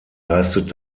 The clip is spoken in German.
leistet